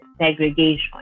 segregation